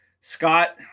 Scott